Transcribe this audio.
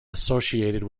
associated